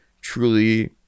truly